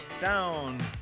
down